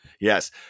Yes